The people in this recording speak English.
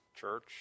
church